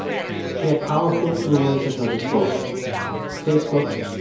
she had powerful tools at her disposal facebook,